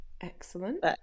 Excellent